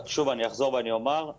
הוא פשוט לא קיים אצלנו באופן מחשובי.